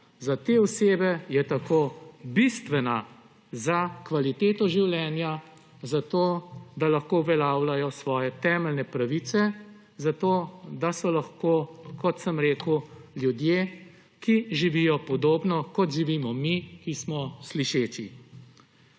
za te osebe tako bistvena za kvaliteto življenja, zato da lahko uveljavljajo svoje temeljne pravice, zato da so lahko, kot sem rekel, ljudje, ki živijo podobno, kot živimo mi, ki smo slišeči.